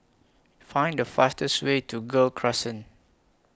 Find The fastest Way to Gul Crescent